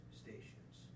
stations